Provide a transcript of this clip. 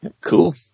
Cool